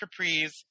capris